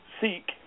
seek